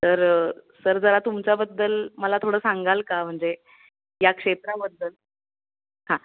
तर सर जरा तुमच्याबद्दल मला थोडं सांगाल का म्हणजे या क्षेत्राबद्दल हां